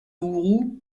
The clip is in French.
houerou